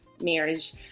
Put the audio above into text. marriage